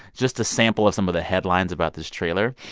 just a sample of some of the headlines about this trailer